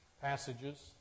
passages